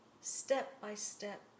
step-by-step